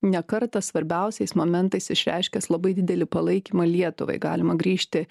ne kartą svarbiausiais momentais išreiškęs labai didelį palaikymą lietuvai galima grįžti